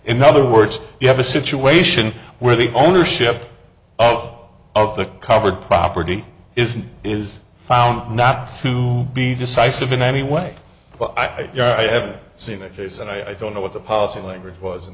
in other words you have a situation where the ownership of the covered property isn't is found not to be decisive in any way but i haven't seen a case and i don't know what the policy language was in